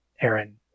Aaron